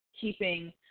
keeping